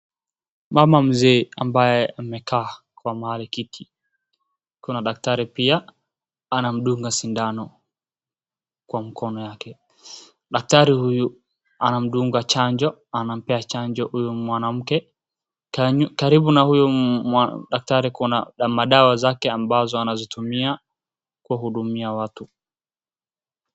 Mama mzee ambaye amekaa kwa mahali kiti, kuna daktari pia anamdunga sindano kwa mkono yake. Daktari huyu anamdunga chanjo, anampea chanjo huyu mwanamke. Karibu na huyu daktari kuna madawa zake ambazo anazitumia kuwahudumia watu.